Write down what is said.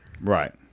Right